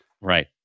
Right